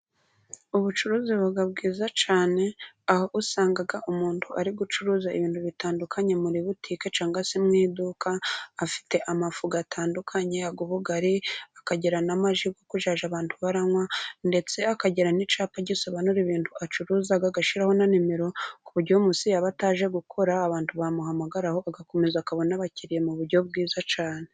Ubucuruzi buba bwiza cyane, aho usanga umuntu ari gucuruza ibintu bitandukanye muri butike cyangwaga se mu iduka, afite amafu atandukanye ay'ubugari, akagira n'amaji yo kuzajya abantu baranywa, ndetse akagira n'icyapa gisobanura ibintu acuruza, agashiraho na nimero, ku buryo umuntu yaba ataje gukora abantu bamuhamagara, agakomeza akabona abakiriya mu buryo bwiza cyane.